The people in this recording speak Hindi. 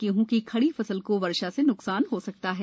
गेहूं की खड़ी फसल को वर्षा से न्कसान हो सकता है